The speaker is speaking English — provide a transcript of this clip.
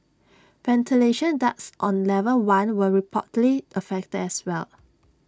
ventilation ducts on level one were reportedly affected as well